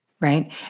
right